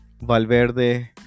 valverde